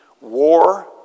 war